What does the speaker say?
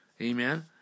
Amen